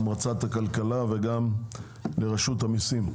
להמרצת הכלכלה וגם לרשות המיסים.